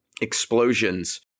explosions